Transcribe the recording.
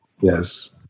Yes